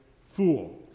Fool